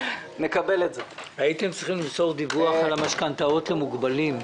במרץ 2019 הייתם צריכים למסור דיווח על משכנתאות למוגבלים.